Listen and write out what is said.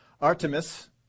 Artemis